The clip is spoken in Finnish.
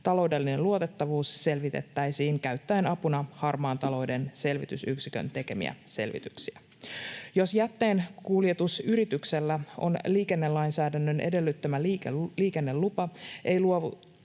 taloudellinen luotettavuus selvitettäisiin käyttäen apuna Harmaan talouden selvitysyksikön tekemiä selvityksiä. Jos jätteenkuljetusyrityksellä on liikennelainsäädännön edellyttämä liikennelupa, ei